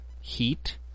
Heat